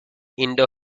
indo